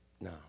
No